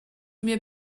mir